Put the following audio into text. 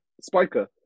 spiker